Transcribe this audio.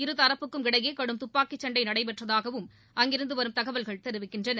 இருதரப்புக்கும் இடையே கடும் துப்பாக்கி சண்டை நடைபெற்றதாகவும் அங்கிருந்து அவரும் தகவல்கள் தெரிவிக்கின்றன